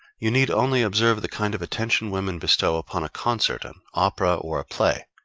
you need only observe the kind of attention women bestow upon a concert, an opera, or a play